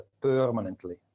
permanently